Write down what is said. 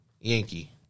Yankee